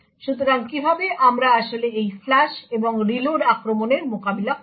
সুতরাং কিভাবে আমরা আসলে এই ফ্লাশ এবং রিলোড আক্রমণের মোকাবেলা করব